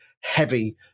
heavy